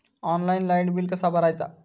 Online light bill कसा भरायचा?